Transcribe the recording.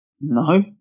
No